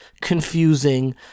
confusing